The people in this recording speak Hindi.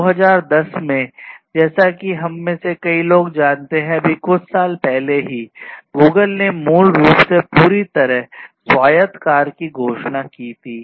2010 में जैसा कि हम में से कई लोग जानते हैं कि अभी कुछ साल पहले ही Google ने मूल रूप से पूरी तरह से स्वायत्त कार की घोषणा की थी